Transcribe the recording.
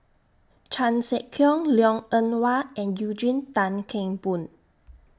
Chan Sek Keong Liang Eng Hwa and Eugene Tan Kheng Boon